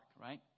right